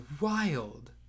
wild